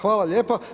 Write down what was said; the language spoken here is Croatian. Hvala lijepa.